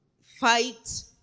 fight